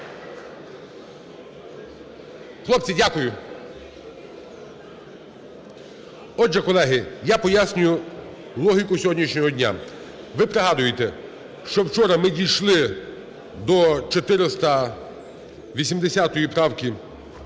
Хлопці, дякую. Отже, колеги, я пояснюю логіку сьогоднішнього дня. Ви пригадуєте, що вчора ми дійшли до 480 правки